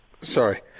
Sorry